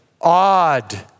odd